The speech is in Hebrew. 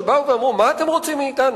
שבאו ואמרו: מה אתם רוצים מאתנו?